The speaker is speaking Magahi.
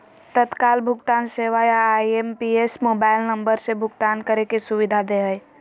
तत्काल भुगतान सेवा या आई.एम.पी.एस मोबाइल नम्बर से भुगतान करे के सुविधा दे हय